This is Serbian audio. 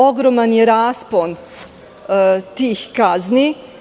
Ogroman je raspon tih kazni.